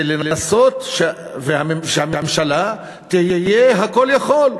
ולנסות להביא לכך שהממשלה תהיה כול-יכולה.